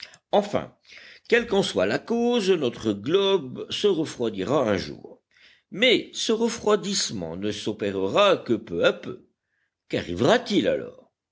enfin quelle qu'en soit la cause notre globe se refroidira un jour mais ce refroidissement ne s'opérera que peu à peu qu'arrivera-t-il alors